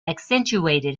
accentuated